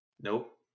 nope